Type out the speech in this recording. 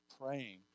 praying